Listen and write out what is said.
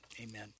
amen